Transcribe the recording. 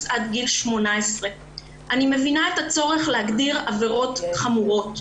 שלי עד גיל 18. אני מבינה את הצורך להגדיר עבירות חמורות,